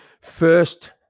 first